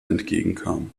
entgegenkam